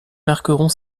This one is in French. marqueront